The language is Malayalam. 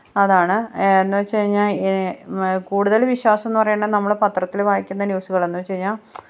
അതാണ് എന്നുവെച്ചു കഴിഞ്ഞാൽ മെ കൂടുതൽ വിശ്വാസമെന്നു പറയുന്ന നമ്മൾ പത്രത്തിൽ വായിക്കുന്ന ന്യൂസുകൾ എന്നുവെച്ചു കഴിഞ്ഞാൽ